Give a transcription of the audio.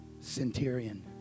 Centurion